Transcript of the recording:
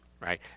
Right